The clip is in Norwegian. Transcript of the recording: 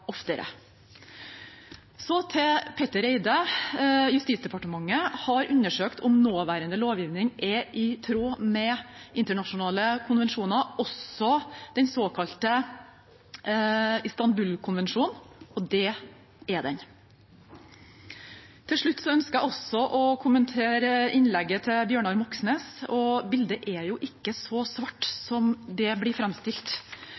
oftere. Så til Petter Eide: Justis- og beredskapsdepartementet har undersøkt om nåværende lovgivning er i tråd med internasjonale konvensjoner, også den såkalte Istanbul-konvensjonen, og det er den. Til slutt ønsker jeg også å kommentere innlegget til Bjørnar Moxnes. Bildet er ikke så svart som det blir framstilt